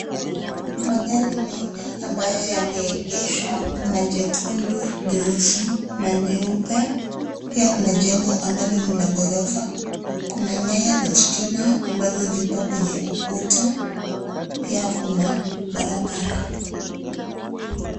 Magari mengi ambayo yameegeshwa. Kuna jekundu, jeusi na jeupe. Pia kuna jengo ambalo ni la ghorofa. Kuna nyaya za stima ambazo zipo kwenye ukuta pia kuna barabara.